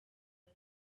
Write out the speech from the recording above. man